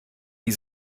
die